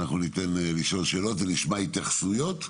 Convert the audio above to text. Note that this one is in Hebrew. אנחנו ניתן לשאול שאלות ונשמע התייחסויות.